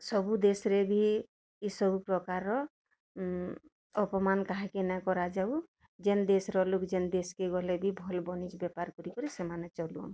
ସବୁଦେଶ୍ରେ ଭି ଇ ସବୁପ୍ରକାରର ଅପମାନ୍ କାହାକେ ନାଁଇ କରାଯାଉ ଯେନ୍ ଦେଶ୍ର ଲୋକ୍ ଯେନ୍ ଦେଶ୍କେ ଗଲେ ବି ଭଲ୍ ବନିଜ୍ ବେପାର୍ କରିକିରି ସେମାନେ ଚଲୁନ୍